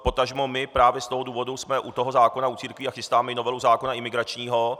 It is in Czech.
Potažmo my právě z toho důvodu jsme u toho zákona u církví a chystáme i novelu zákona imigračního.